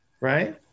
Right